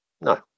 No